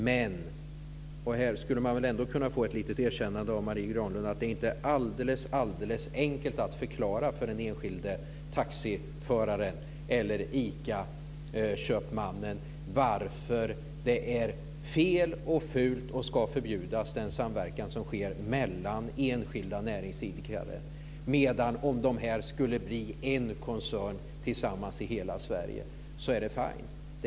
Men, och här skulle man väl kunna få ett litet erkännande av Marie Granlund, det är inte alldeles enkelt att förklara för den enskilde taxiföraren eller ICA-köpmannen varför den samverkan som sker mellan enskilda näringsidkare är fel och ful och ska förbjudas, men om de tillsammans skulle bli en koncern i hela Sverige är det fine.